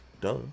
Duh